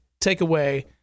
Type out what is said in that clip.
takeaway